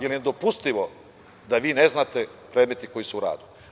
Nedopustivo je da vi ne znate predmete koji su u radu.